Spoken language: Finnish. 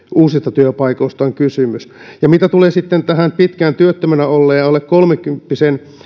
uusista työpaikoista on kysymys ja mitä tulee sitten tähän pitkään työttömänä olleen alle kolmekymppisen